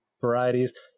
varieties